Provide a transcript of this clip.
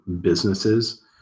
businesses